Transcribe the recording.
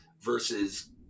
versus